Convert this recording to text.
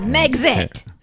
Exit